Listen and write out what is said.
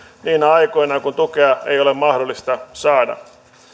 niinä aikoina kun tukea ei ole mahdollista saada